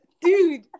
dude